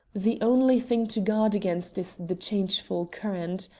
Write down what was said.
the only thing to guard against is the changeful current.